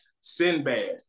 Sinbad